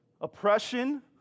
oppression